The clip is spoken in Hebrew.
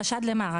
חשד למה?